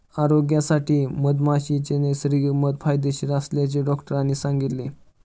आरोग्यासाठी मधमाशीचे नैसर्गिक मध फायदेशीर असल्याचे डॉक्टरांनी सांगितले